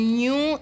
new